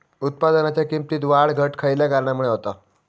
उत्पादनाच्या किमतीत वाढ घट खयल्या कारणामुळे होता?